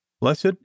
Blessed